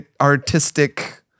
artistic